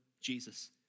Jesus